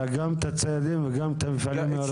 אתה גם את הציידים וגם את המפעלים הראויים.